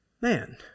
man